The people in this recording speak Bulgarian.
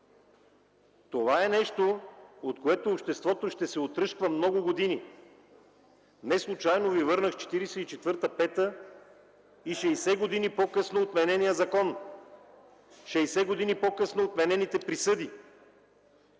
това е нещо, от което обществото ще се отръсква много години. Неслучайно Ви върнах към 1944-1945 г. и 60 години по-късно отменения закон, 60 години по-късно отменените присъди